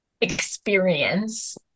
experience